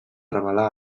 revelar